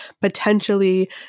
potentially